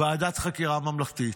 ועדת חקירה ממלכתית,